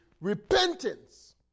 repentance